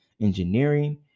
engineering